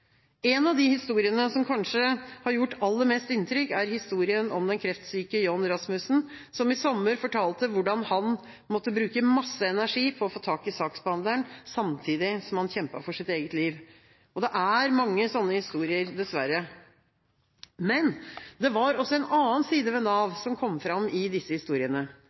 av de historiene som kanskje har gjort aller mest inntrykk, er historien om kreftsyke John Rasmussen som i sommer fortalte hvordan han måtte bruke masse energi på å få tak i saksbehandleren, samtidig som han kjempet for sitt eget liv. Det er mange sånne historier, dessverre. Men det var også en annen side ved Nav som kom fram i disse historiene. Dagbladets oppslag inneholdt ikke bare negative brukererfaringer, men også de gode historiene